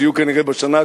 שיהיו כנראה בשנה הקרובה,